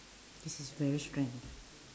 this is very strange